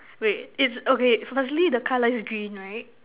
wait it's okay firstly the colour is green right